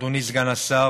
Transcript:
אדוני סגן השר,